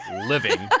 living